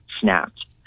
snapped